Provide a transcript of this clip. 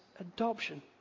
adoption